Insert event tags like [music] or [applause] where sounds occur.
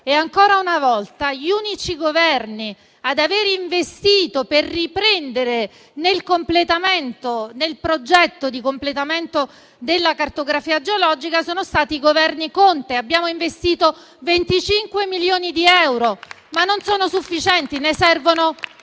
e, ancora una volta, gli unici Governi ad aver investito per riprendere il progetto di completamento della cartografia geologica sono stati i Governi Conte. [applause] Abbiamo investito 25 milioni di euro, ma non sono sufficienti, perché ne servono